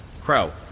Crow